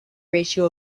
ratio